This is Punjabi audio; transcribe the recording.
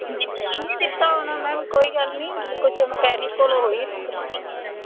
ਜੀ ਧਿਆਨ ਨਹੀਂ ਦਿੱਤਾ ਹੋਣਾ ਮੈਮ ਕੋਈ ਗੱਲ ਨਹੀਂ ਕੁਛ ਮਕੈਨਿਕ ਕੋਲੋਂ ਹੋਈ ਹੋਣੀ ਗਲਤੀ